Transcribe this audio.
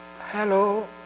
hello